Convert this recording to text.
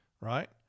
right